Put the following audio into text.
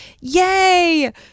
yay